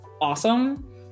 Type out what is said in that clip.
awesome